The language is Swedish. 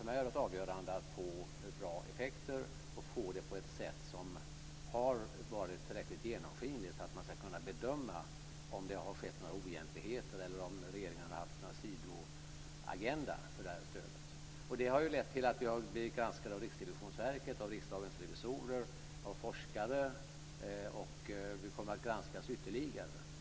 För mig är det avgörande att få bra effekter och få dem på ett sätt som är tillräckligt genomskinligt för att man ska kunna bedöma om det har skett några oegentligheter eller regeringen har haft någon sidoagenda för stödet. Det har lett till att vi har blivit granskade av Riksrevisionsverket, Riksdagens revisorer och forskare, och vi kommer att granskas ytterligare.